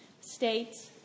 states